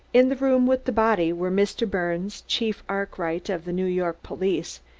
in the room with the body were mr. birnes, chief arkwright of the new york police,